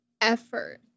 effort